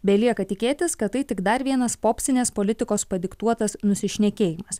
belieka tikėtis kad tai tik dar vienas popsinės politikos padiktuotas nusišnekėjimas